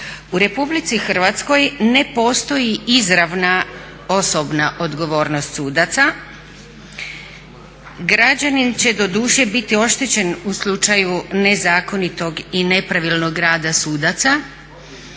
U Republici Hrvatskoj ne postoji izravna osobna odgovornost sudaca. Građanin će doduše biti oštećen u slučaju nezakonitog i nepravilnog rada sudaca